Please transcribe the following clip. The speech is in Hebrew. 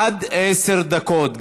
עד עשר דקות.